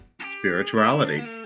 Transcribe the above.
spirituality